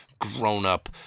grown-up